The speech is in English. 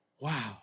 Wow